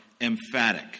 emphatic